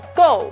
go